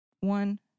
one